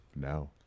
No